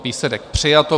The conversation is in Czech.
Výsledek: přijato.